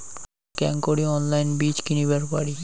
হামরা কেঙকরি অনলাইনে বীজ কিনিবার পারি?